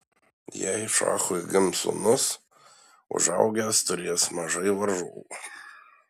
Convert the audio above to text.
jei šachui gims sūnus užaugęs turės mažai varžovų